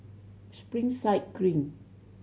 Springside Green